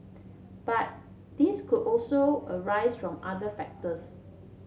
but these could also arise from other factors